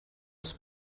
els